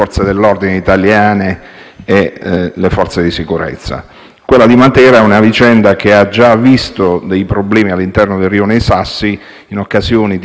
Quella di Matera è una vicenda che ha già visto dei problemi all'interno del rione Sassi in occasione di eventi calamitosi molto recenti.